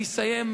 אני אסיים,